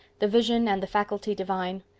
the vision and the faculty divine.